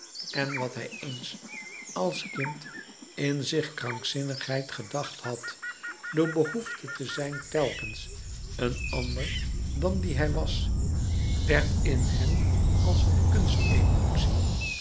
en wat hij eens als kind in zich krankzinnigheid gedacht had de behoefte te zijn telkens een ander dan die hij was werd in hem als een